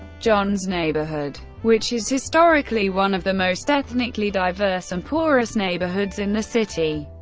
johns neighborhood, which is historically one of the most ethnically diverse and poorest neighborhoods in the city.